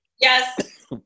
Yes